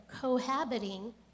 cohabiting